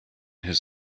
his